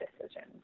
decisions